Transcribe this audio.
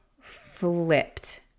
flipped